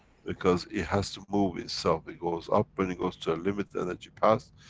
because, it has to move itself, it goes up, when it goes to a limit, energy pass,